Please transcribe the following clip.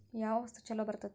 ಯಾವ ವಸ್ತು ಛಲೋ ಬರ್ತೇತಿ?